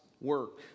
Work